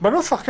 כן, בנוסח.